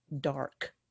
dark